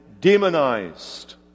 demonized